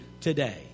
today